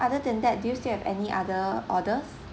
other than that do you still have any other order